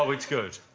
ah it's good.